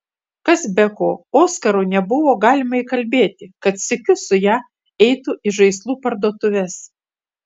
kas be ko oskaro nebuvo galima įkalbėti kad sykiu su ja eitų į žaislų parduotuves